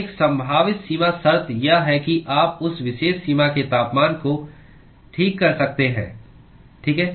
एक संभावित सीमा शर्त यह है कि आप उस विशेष सीमा के तापमान को ठीक कर सकते हैं ठीक है